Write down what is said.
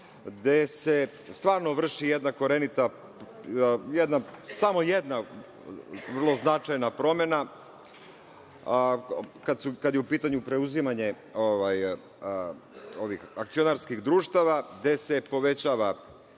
gde se stvarno vrši jedna korenita, samo jedna vrlo značajna promena, kad je u pitanju preuzimanje ovih akcionarskih društava, gde se povećava